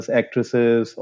actresses